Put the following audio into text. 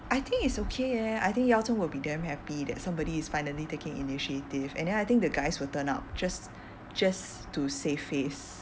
I think it's okay eh I think yao zhong will be damn happy that somebody is finally taking initiative and then I think the guys will turn up just just to save face